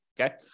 okay